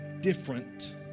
different